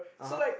(uh huh)